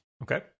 Okay